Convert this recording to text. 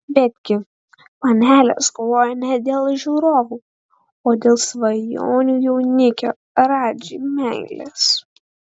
betgi panelės kovoja ne dėl žiūrovų o dėl svajonių jaunikio radži meilės